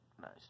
Nice